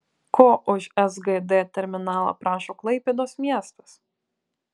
ko už sgd terminalą prašo klaipėdos miestas